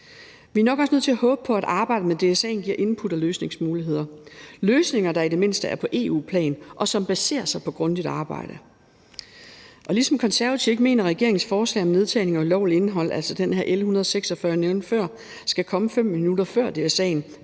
Vi er nok også nødt til at håbe på, at arbejdet med DSA'en giver input og løsningsmuligheder – løsninger, der i det mindste er på EU-plan, og som baserer sig på grundigt arbejde. Ligesom Konservative ikke mener, at regeringens forslag om nedtagning af ulovligt indhold, altså L 146, som jeg nævnte før, skal komme 5 minutter før DSA'en